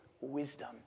wisdom